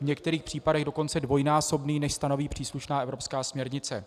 V některých případech dokonce dvojnásobný, než stanoví příslušná evropská směrnice.